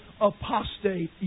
apostate